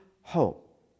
hope